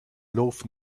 loaf